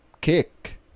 kick